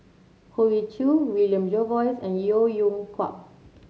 Hoey Choo William Jervois and Yeo Yeow Kwang